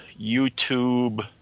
YouTube